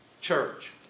church